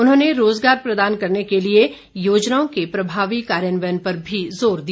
उन्होंने रोजगार प्रदान करने के लिए योजनाओं के प्रभावी कार्यान्वयन पर भी जोर दिया